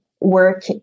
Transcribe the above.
work